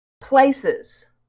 places